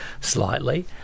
slightly